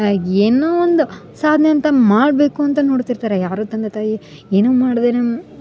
ಏನೋ ಒಂದು ಸಾಧ್ನೆ ಅಂತ ಮಾಡಬೇಕು ಅಂತ ನೋಡ್ತಿರ್ತಾರೆ ಯಾರು ತಂದೆ ತಾಯಿ ಏನು ಮಾಡದೇನೆ